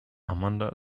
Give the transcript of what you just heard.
amanda